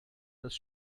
das